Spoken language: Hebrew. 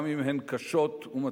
גם אם הן קשות ומטרידות.